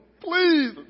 please